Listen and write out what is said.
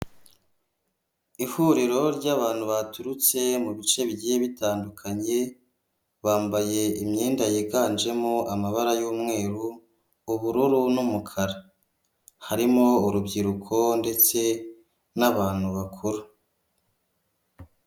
Ihuriro ry'abantu baturutse mu bice bigiye bitandukanye, bambaye imyenda yiganjemo amabara y'umweru, ubururu n'umukara, harimo urubyiruko ndetse n'abantu bakuru.